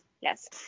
Yes